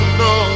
no